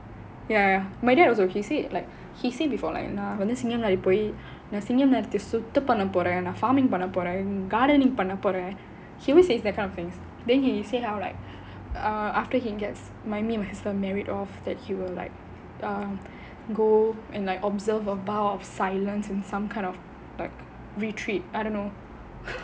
ya my dad was okay say like he said before like you know நான் வந்து சிங்கங்காரி போய் நான் சிங்கங்காரி சுத்தம் பண்ண போறேன் நான்: naan vanthu singaari poyi naan singaari sutham panna poraen naan farming பண்ண போறேன்:panna poraen gardening பண்ண போறேன்:panna poraen he always says that kind of things then he say how like err after he gets me and my sister married off then he will like go and like observe a vow of silence in some kind of like retreat I don't know